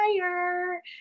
fire